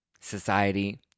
society